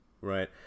Right